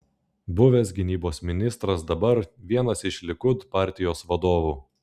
buvęs gynybos ministras dabar vienas iš likud partijos vadovų